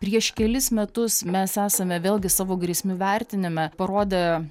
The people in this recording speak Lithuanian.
prieš kelis metus mes esame vėlgi savo grėsmių vertinime parodė